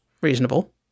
Reasonable